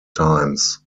times